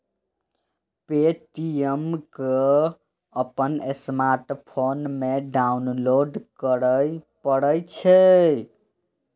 Paytm कें अपन smartphone मे डाउनलोड करय पड़ै छै